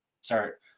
start